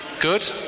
Good